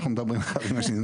אנחנו מדברים אחד עם השני.